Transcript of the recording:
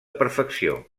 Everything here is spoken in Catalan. perfecció